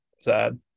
Sad